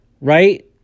right